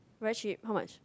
very cheap how much